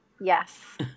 yes